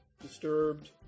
Disturbed